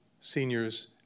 seniors